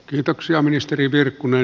kiitoksia ministeri virkkunen